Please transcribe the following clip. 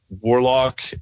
warlock